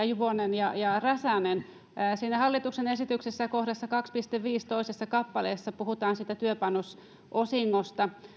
juvonen ja ja räsänen hallituksen esityksessä kohdassa kahdessa piste viidessä toisessa kappaleessa puhutaan työpanososingosta